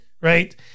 Right